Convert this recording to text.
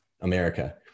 America